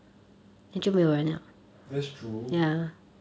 that's true